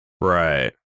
Right